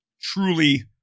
truly